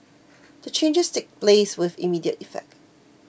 the changes take place with immediate effect